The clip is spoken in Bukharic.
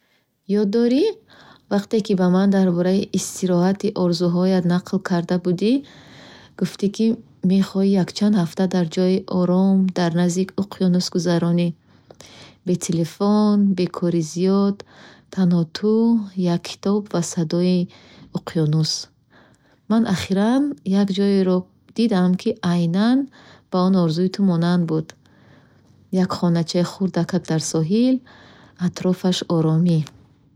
Ёд дорӣ, вақте ки ба ман дар бораи истироҳати орзуҳоят нақл карда будӣ? Гуфтӣ, ки мехоҳӣ якчанд ҳафта дар ҷое ором, дар назди уқёнус гузаронӣ. Бе телефон, бе кори зиёд, танҳо ту, як китоб ва садои уқенус. Ман ахиран як ҷойеро дидам, ки айнан ба он орзуи ту монанд буд. Як хоначаи хурдакак дар соҳил, атрофаш оромӣ.